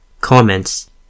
Comments